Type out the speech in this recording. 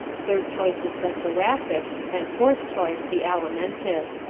third choice is the thoracic, and fourth choice the alimentive.